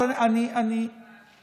אז אני אומר,